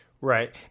Right